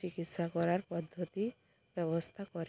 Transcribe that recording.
চিকিৎসা করার পদ্ধতির ব্যবস্থা করে